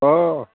अह